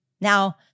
Now